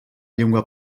llengua